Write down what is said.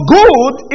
good